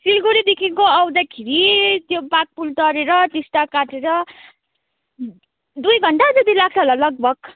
सिलगढीदेखिको आउँदाखेरि त्यो बाघपुल तरेर टिस्टा काटेर दुई घन्टा जति लाग्छ होला लगभग